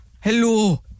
Hello